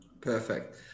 Perfect